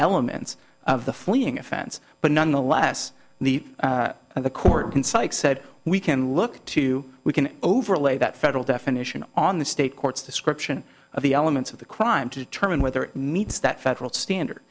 elements of the fleeing offense but nonetheless the and the court can cite said we can look to we can overlay that federal definition on the state courts description of the elements of the crime to determine whether it meets that federal standard